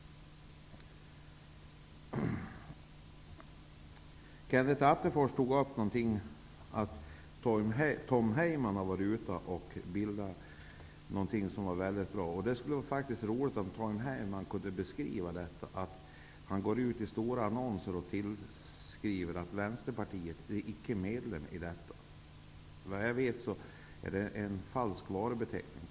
Kenneth Attefors sade att Tom Heyman hade bildat någonting som var mycket bra. Det skulle faktiskt vara roligt om Tom Heyman kunde beskriva detta. Han går ut i stora annonser och säger att Vänsterpartiet inte vill bli medlem. Det är såvitt jag vet en falsk varubeteckning.